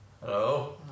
hello